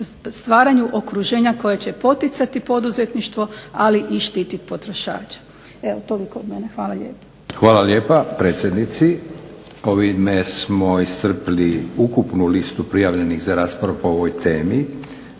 stvaranju okruženja koje će poticati poduzetništvo, ali i štititi potrošače. Evo, toliko od mene. Hvala lijepo. **Leko, Josip (SDP)** Hvala lijepa predsjednici. Ovime smo iscrpili ukupnu listu prijavljenih za raspravu po ovoj temi.